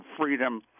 freedom